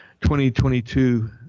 2022